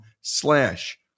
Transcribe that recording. slash